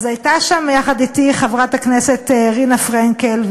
הייתה שם אתי חברת הכנסת רינה פרנקל,